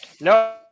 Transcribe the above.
No